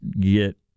get